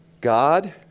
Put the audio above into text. God